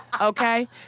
okay